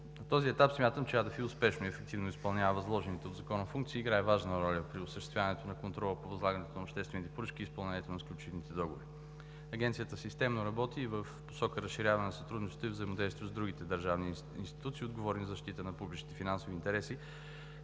финансова инспекция успешно и ефективно изпълнява възложените ѝ от закона функции и играе важна роля при осъществяването на контрола по възлагането на обществени поръчки и изпълнението на сключените договори. Агенцията системно работи и в посока на разширяване на сътрудничеството и взаимодействието с другите държавни институции, отговорни за защита на публичните финансови интереси,